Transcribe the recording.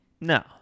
no